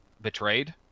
betrayed